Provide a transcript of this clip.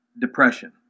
depression